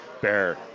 bear